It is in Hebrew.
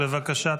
בבקשה.